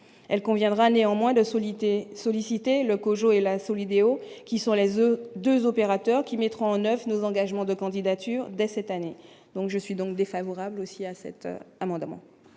elle conviendra néanmoins de solides et sollicitées le COJO et la Solideo qui sont les euh 2 opérateurs qui mettront en 9 nos engagements de candidature dès cette année, donc je suis donc défavorable aussi à cet amendement.